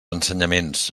ensenyaments